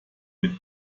mit